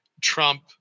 Trump